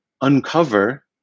uncover